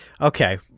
Okay